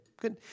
good